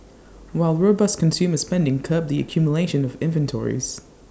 while robust consumer spending curbed the accumulation of inventories